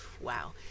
wow